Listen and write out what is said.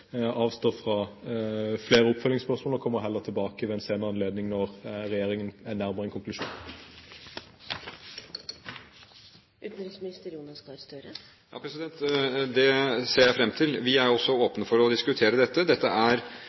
avstår fra flere oppfølgingsspørsmål, og kommer heller tilbake ved en senere anledning når regjeringen er nærmere en konklusjon. Det ser jeg fram til. Vi er også åpne for å diskutere dette. Dette er